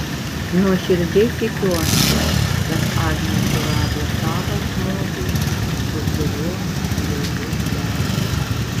nuoširdžiai tikiuosi kad agnė surado savą žmogų su kuriuo jai bus gera